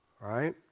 right